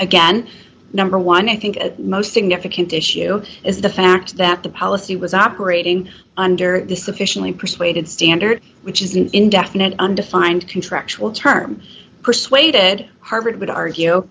again number one i think the most significant issue is the fact that the policy was operating under the sufficiently persuaded standard which is an indefinite undefined contractual term persuaded harvard would argue